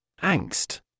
Angst